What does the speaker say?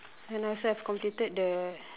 and I also have completed the